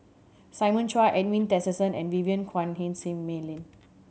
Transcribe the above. Simon Chua Edwin Tessensohn and Vivien Quahe Seah Mei Lin